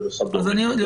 וכדומה.